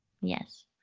Yes